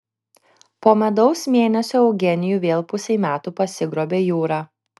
po medaus mėnesio eugenijų vėl pusei metų pasigrobė jūra